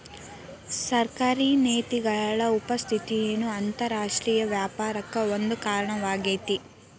ಸರ್ಕಾರಿ ನೇತಿಗಳ ಉಪಸ್ಥಿತಿನೂ ಅಂತರರಾಷ್ಟ್ರೇಯ ವ್ಯಾಪಾರಕ್ಕ ಒಂದ ಕಾರಣವಾಗೇತಿ